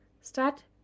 Start